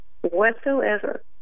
whatsoever